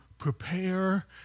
prepare